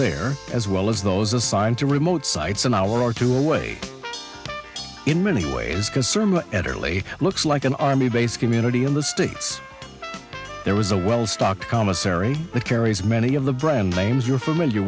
there as well as those assigned to remote sites an hour or two away in many ways because sermon at early looks like an army base community in the state there was a well stocked commissary that carries many of the brand names you're familiar